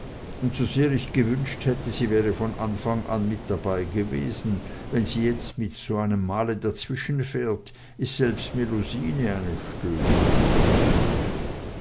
und sosehr ich gewünscht hätte sie wäre von anfang an mit dabeigewesen wenn sie jetzt so mit einem male dazwischenfährt ist selbst melusine eine störung